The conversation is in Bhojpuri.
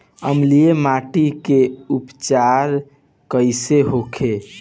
अम्लीय मिट्टी के पहचान कइसे होखे?